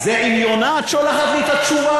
עם יונה את שולחת לי את התשובה,